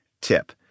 tip